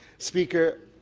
speaker,